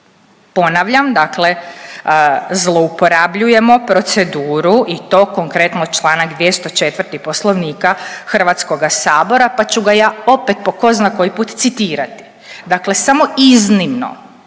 Ponavljam, dakle zlouporabljujemo proceduru i to konkretno Članak 204. Poslovnika Hrvatskoga sabora, pa ću ga ja opet po tko zna koji puta citirati. Dakle, samo iznimno